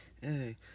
hey